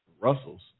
Russells